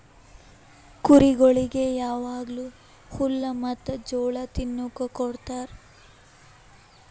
ಕುರಿಗೊಳಿಗ್ ಯಾವಾಗ್ಲೂ ಹುಲ್ಲ ಮತ್ತ್ ಜೋಳ ತಿನುಕ್ ಕೊಡ್ತಾರ